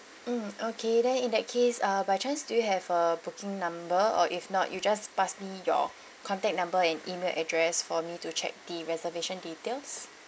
mm okay then in that case uh by chance do you have a booking number or if not you just pass me your contact number and email address for me to check the reservation details